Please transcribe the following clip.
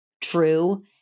true